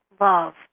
love